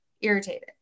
irritated